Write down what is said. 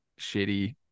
shitty